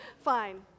Fine